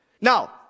Now